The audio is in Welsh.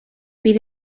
bydd